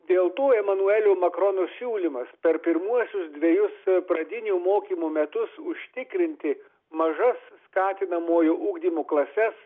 dėl to emanuelio makrono siūlymas per pirmuosius dvejus pradinių mokymų metus užtikrinti mažas skatinamojo ugdymo klases